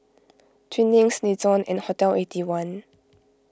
Twinings Nixon and Hotel Eighty One